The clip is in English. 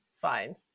Fine